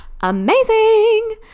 amazing